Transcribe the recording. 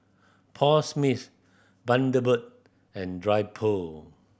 Paul Smith Bundaberg and Dryper